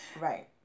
Right